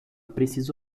precisa